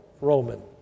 Roman